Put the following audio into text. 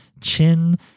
chin